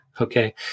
Okay